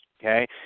okay